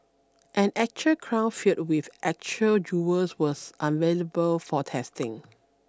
an actual crown filled with actual jewels was unavailable for testing